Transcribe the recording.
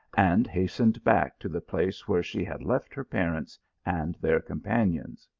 and hastened back to the place where she had left her parents and their companions.